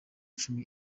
cumi